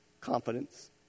confidence